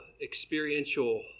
experiential